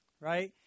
right